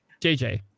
JJ